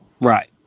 Right